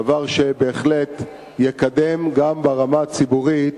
דבר שבהחלט יקדם גם ברמה הציבורית